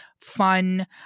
fun